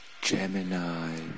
Gemini